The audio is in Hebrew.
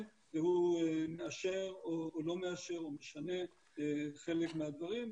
והוא מאשר או לא מאשר או משנה את חלק מהדברים,